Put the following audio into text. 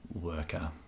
worker